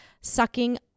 sucking